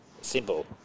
Simple